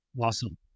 Awesome